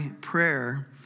prayer